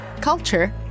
culture